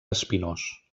espinós